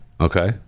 Okay